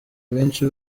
benshi